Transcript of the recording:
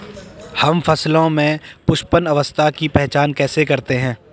हम फसलों में पुष्पन अवस्था की पहचान कैसे करते हैं?